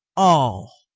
all.